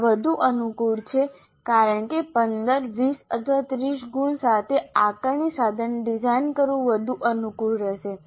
આ વધુ અનુકૂળ છે કારણ કે 15 20 અથવા 30 ગુણ સાથે આકારણી સાધન ડિઝાઇન કરવું વધુ અનુકૂળ રહેશે